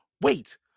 Wait